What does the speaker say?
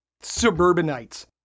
Suburbanites